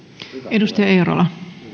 arvoisa rouva